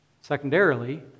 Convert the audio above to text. Secondarily